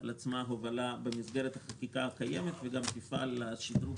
על עצמה הובלה במסגרת החקיקה הקיימת וגם תפעל לשדרוג